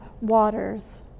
waters